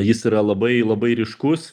jis yra labai labai ryškus